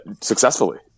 successfully